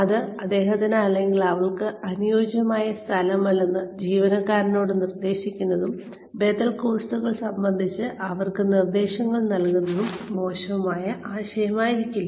ഇത് അദ്ദേഹത്തിന് അല്ലെങ്കിൽ അവൾക്ക് അനുയോജ്യമായ സ്ഥലമല്ലെന്ന് ജീവനക്കാരനോട് നിർദ്ദേശിക്കുന്നതും ബദൽ കോഴ്സുകൾ സംബന്ധിച്ച് അവർക്ക് നിർദ്ദേശങ്ങൾ നൽകുന്നതും മോശമായ ആശയമായിരിക്കില്ല